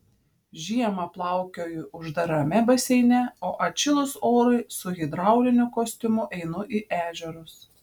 žiemą plaukioju uždarame baseine o atšilus orui su hidrauliniu kostiumu einu į ežerus